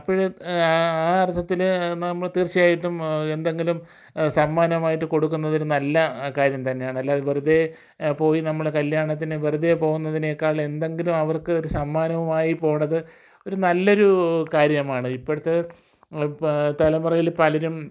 ഇപ്പഴ് ആ അർത്ഥത്തിൽ നമ്മൾ തീർച്ചയായിട്ടും എന്തെങ്കിലും സമ്മാനമായിട്ട് കൊടുക്കുന്നത് ഒരു നല്ല കാര്യം തന്നെയാണ് അല്ലാതെ വെറുതെ പോയി നമ്മൾ കല്യാണത്തിന് വെറുതെ പോകുന്നതിനേക്കാൾ എന്തെങ്കിലും അവർക്ക് ഒരു സമ്മാനവുമായി പോണത് ഒരു നല്ല ഒരു കാര്യമാണ് ഇപ്പോഴത്തെ ഇപ്പം തലമുറയിൽ പലരും